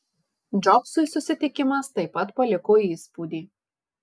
džobsui susitikimas taip pat paliko įspūdį